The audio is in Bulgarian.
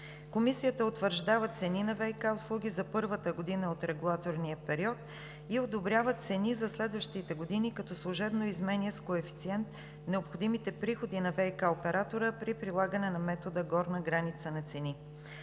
Комисията утвърждава цени на ВиК услуги за първата година от регулаторния период и одобрява цени за следващите години, като служебно изменя с коефициент необходимите приходи на ВиК оператора при прилагане на метода „горна граница на цени“.